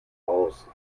aus